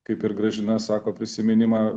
kaip ir gražina sako prisiminimą